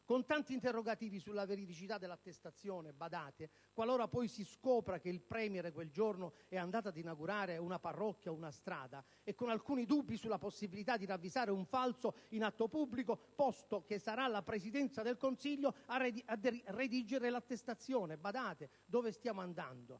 con tanti interrogativi sulla veridicità dell'attestazione, qualora poi si scopra che il *Premier* quel giorno è andato ad inaugurare una parrocchia o una strada; e con alcuni dubbi sulla possibilità di ravvisare un falso in atto pubblico, posto che sarà la Presidenza del Consiglio a redigere l'attestazione. Badate, dove stiamo andando!